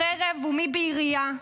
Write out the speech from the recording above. מי בחרב ומי בירייה,